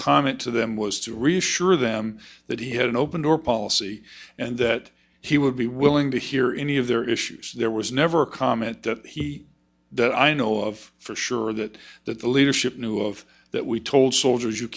comment to them was to reassure them that he had an open door policy and that he would be willing to hear any of their issues there was never a comment that he that i know of for sure that that the leadership knew of that we told soldiers you